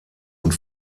und